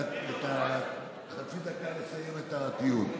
מבקש חצי דקה לסיים את הדיון.